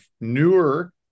newer